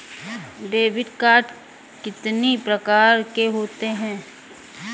Debit card कितनी प्रकार के होते हैं?